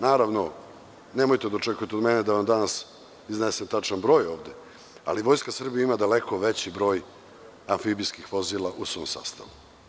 Nemojte da očekujete od mene da vam danas iznesem tačan broj ovde, ali Vojska Srbija ima daleko veći broj amfibijskih vozila u svom sastavu.